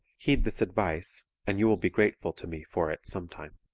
heed this advice, and you will be grateful to me for it sometime.